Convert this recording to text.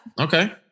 Okay